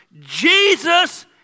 Jesus